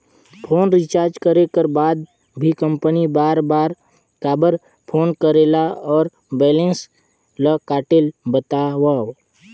Phone recharge करे कर बाद भी कंपनी बार बार काबर फोन करेला और बैलेंस ल काटेल बतावव?